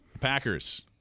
Packers